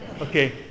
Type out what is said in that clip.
okay